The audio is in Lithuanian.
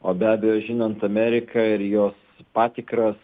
o be abejo žinant ameriką ir jos patikras